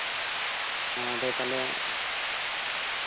ᱟᱫᱚ ᱛᱟᱦᱞᱮ